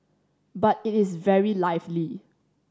but it is very lively